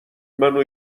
منو